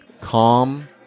calm